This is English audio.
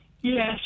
Yes